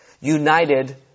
United